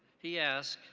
he asked,